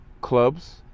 clubs